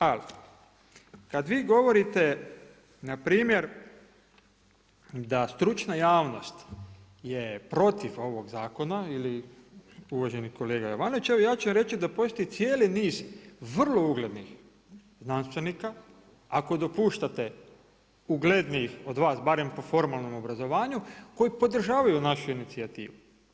Ali kada vi govorite npr. da stručna javnost je protiv ovog zakona ili uvaženi kolega Jovanović, evo ja ću vam reći da postoji cijeli niz vrlo uglednih znanstvenika, ako dopuštate uglednijih od vas barem po formalnom obrazovanju koji podržavaju našu inicijativu.